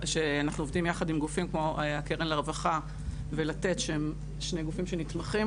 אנחנו עובדים יחד עם גופים כמו הקרן לרווחה ולתת שהם שני גופים שנתמכים